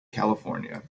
california